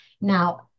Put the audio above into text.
Now